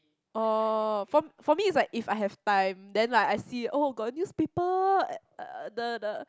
oh for for me is like if I have time then like I see got newspaper the the